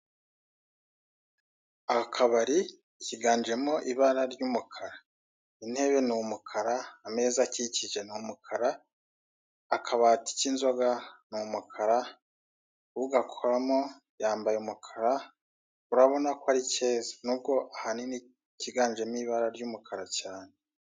Akabari kiganjemo ibara ry'umukara, intebe ni umukara, ameza akikije ni umukara, akabati k'inzoga ni umukara, ugakoramo yambaye umukara, urabona ko ari keza nubwo ahanini kigajemo ibara ry'umukara cyane.